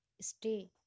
stay